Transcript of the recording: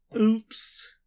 Oops